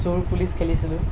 চোৰ পুলিচ খেলিছিলো